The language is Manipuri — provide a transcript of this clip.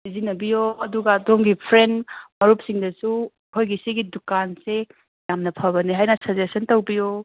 ꯁꯤꯖꯤꯟꯅꯕꯤꯌꯣ ꯑꯗꯨꯒ ꯑꯗꯣꯝꯒꯤ ꯐ꯭ꯔꯦꯟ ꯃꯔꯨꯞꯁꯤꯡꯗꯁꯨ ꯑꯩꯈꯣꯏꯒꯤ ꯁꯤꯒꯤ ꯗꯨꯀꯥꯟꯁꯦ ꯌꯥꯝꯅ ꯐꯕꯅꯦ ꯍꯥꯏꯅ ꯁꯖꯦꯁꯟ ꯇꯧꯕꯤꯌꯣ